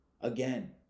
Again